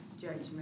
judgment